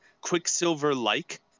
Quicksilver-like